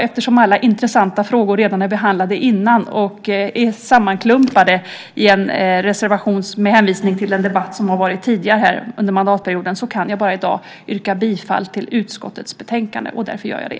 Eftersom alla intressanta frågor redan är behandlade innan och sammanklumpade i en reservation som hänvisar till den debatt som förts tidigare under mandatperioden kan jag bara i dag yrka bifall till förslagen i utskottets betänkande. Därför gör jag det.